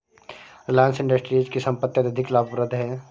रिलायंस इंडस्ट्रीज की संपत्ति अत्यधिक लाभप्रद है